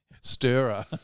stirrer